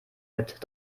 mit